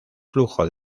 flujo